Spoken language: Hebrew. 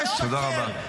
לשקר -- תודה רבה.